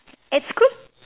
at school